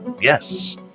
Yes